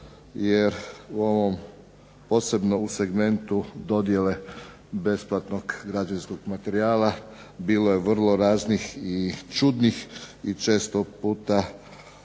Jer u ovom posebno u segmentu dodjele besplatnog građevinskog materijala bilo je vrlo raznih i čudnih i često puta